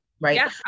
right